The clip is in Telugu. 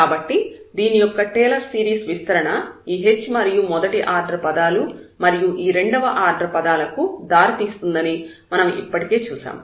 కాబట్టి దీని యొక్క టేలర్ సిరీస్ విస్తరణ ఈ h మరియు మొదటి ఆర్డర్ పదాలు మరియు ఈ రెండవ ఆర్డర్ పదాలకు దారితీస్తుందని మనం ఇప్పటికే చూశాము